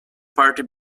party